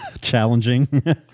challenging